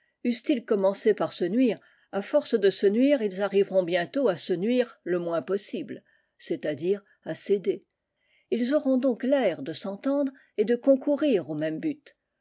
commencé par se nuire à force de se nuire ils arriveront bientôt à se nuire le moins possible c'est-à-dire à s'aider ils auront donc l'air de s'entendre et de concourir au même but